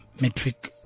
metric